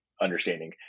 understanding